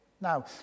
Now